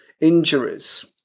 injuries